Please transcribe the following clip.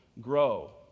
grow